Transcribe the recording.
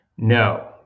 No